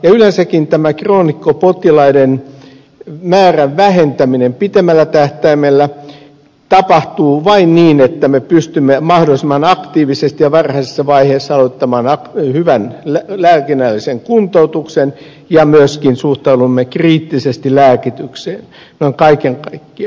yleensäkin tämä kroonikkopotilaiden määrän vähentäminen pitemmällä tähtäimellä tapahtuu vain niin että me pystymme mahdollisimman aktiivisesti ja varhaisessa vaiheessa aloittamaan hyvän lääkinnällisen kuntoutuksen ja myöskin suhtaudumme kriittisesti lääkitykseen noin kaiken kaikkiaan